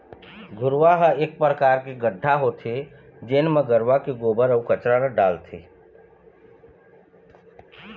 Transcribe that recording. घुरूवा ह एक परकार के गड्ढ़ा होथे जेन म गरूवा के गोबर, अउ कचरा ल डालथे